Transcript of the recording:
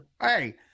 hey